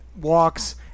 walks